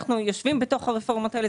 אנחנו יושבים בתוך הרפורמות האלה